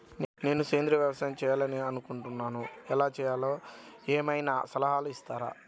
నేను సేంద్రియ వ్యవసాయం చేయాలి అని అనుకుంటున్నాను, ఎలా చేయాలో ఏమయినా సలహాలు ఇస్తారా?